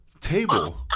Table